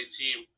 team